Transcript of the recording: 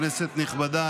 כנסת נכבדה,